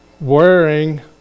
wearing